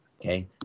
Okay